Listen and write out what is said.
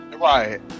Right